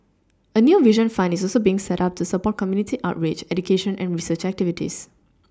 a new vision fund is also being set up to support community outreach education and research activities